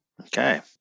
Okay